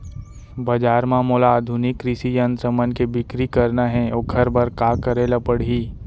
बजार म मोला आधुनिक कृषि यंत्र मन के बिक्री करना हे ओखर बर का करे ल पड़ही?